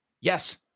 Yes